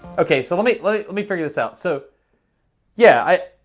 okay, so let me like let me figure this out. so yeah,